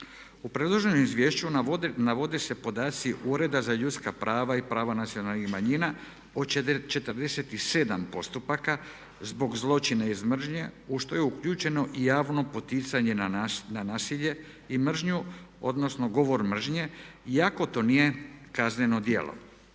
U predloženom izvješću navode se podaci ureda za ljudska prava i prava nacionalnih o 47 postupaka zbog zločina iz mržnje u što je uključeno i javno poticanje na nasilje i mržnju odnosno govor mržnje iako to nije kazneno djelo.